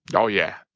and oh yeah.